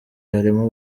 harimo